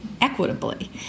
equitably